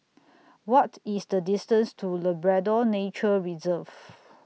What IS The distance to Labrador Nature Reserve